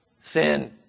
Sin